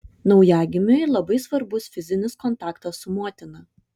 naujagimiui labai svarbus fizinis kontaktas su motina